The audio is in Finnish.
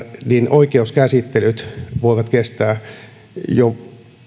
oikeuskäsittelyt voivat kestää jo